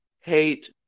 hate